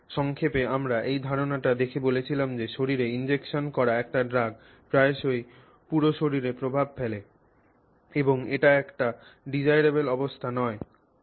সুতরাং সংক্ষেপে আমরা এই ধারণাটি দেখে বলেছিলাম যে শরীরে ইনজেকশন করা একটি ড্রাগ প্রায়শই পুরো শরীরে প্রভাব ফেলে এবং এটি একটি কাঙ্ক্ষিত অবস্থা নয়